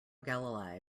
galilei